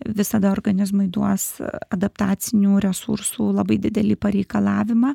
visada organizmui duos adaptacinių resursų labai didelį pareikalavimą